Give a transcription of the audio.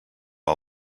all